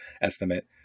estimate